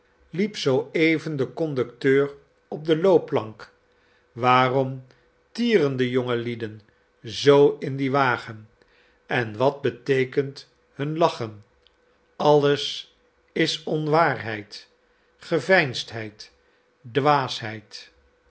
liep zooeven die conducteur op de loopplank waarom tieren die jongelieden zoo in dien wagen en wat beteekent hun lachen alles is onwaarheid geveinsdheid dwaasheid